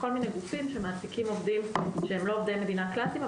כל מיני גופים שמעסיקים עובדים שהם לא עובדי מדינה קלאסיים,